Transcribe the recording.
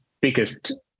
biggest